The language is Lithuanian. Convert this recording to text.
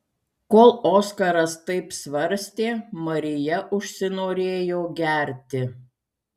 kol oskaras taip svarstė marija užsinorėjo gerti